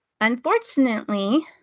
unfortunately